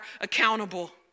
accountable